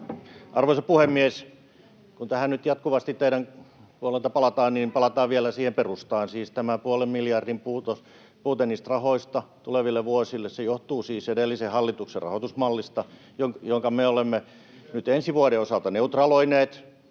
Arvoisa puhemies! Kun tähän nyt jatkuvasti teidän puoleltanne palataan, niin palataan vielä siihen perustaan. Siis tämä puolen miljardin puute niistä rahoista tuleville vuosille johtuu edellisen hallituksen rahoitusmallista, jonka me olemme nyt ensi vuoden osalta neutraloineet.